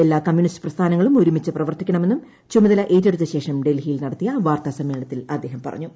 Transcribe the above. എല്ലാ കമ്മ്യൂണിസ്റ്റ് പ്രസ്ഥാനങ്ങളും ഒരുമിച്ച് പ്രവർത്തിക്കണമെന്നും ചുമതലയേറ്റെടുത്തശേഷം ഡൽഹിയിൽ നടത്തിയ വാർത്താ സമ്മേളനത്തിൽ അദ്ദേഹം പറഞ്ഞു